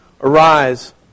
Arise